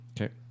Okay